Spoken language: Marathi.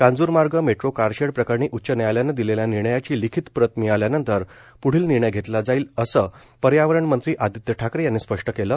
कांजुरमार्ग मेट्रो कारशेड प्रकरणी उच्च न्यायालयानं दिलेल्या निर्णयाची लिखीत प्रत मिळाल्यानंतर पुढील निर्णय घेतला जाईल असं पर्यावरणमंत्री आदित्य ठाकरे यांनी स्पष्ट केलं